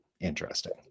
interesting